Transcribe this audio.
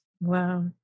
Wow